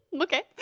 okay